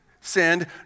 sinned